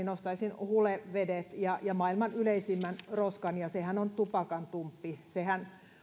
nostaisin puheenvuorossani hulevedet ja ja maailman yleisimmän roskan ja sehän on tupakantumppi sehän